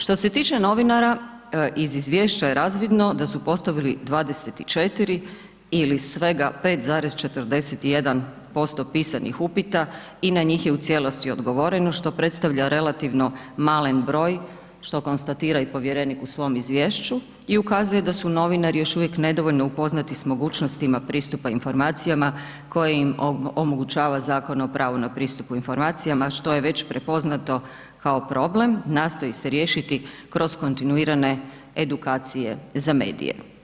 Što se tiče novinara, iz izvješća je razvidno da su postavili 24 ili svega 5,41% pisanih upita i na njih je u cijelosti odgovoreno, što predstavlja relativno malen broj, što konstatira i povjerenik u svom izvješću i ukazuje da su novinari još uvijek nedovoljno upoznati s mogućnostima pristupa informacijama koje im omogućava Zakon o pravu na pristup informacijama, što je već prepoznato kao problem, nastoji se riješiti kroz kontinuirane edukacije za medije.